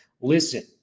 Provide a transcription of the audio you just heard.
listen